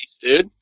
dude